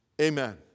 Amen